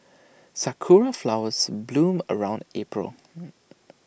Sakura Flowers bloom around April